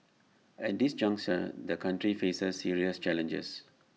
at this juncture the country faces serious challenges